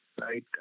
right